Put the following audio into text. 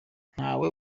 ntawe